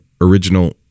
original